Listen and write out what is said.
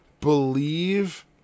believe